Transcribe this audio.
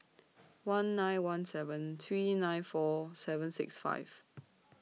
one nine one seven three nine four seven six five